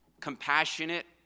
compassionate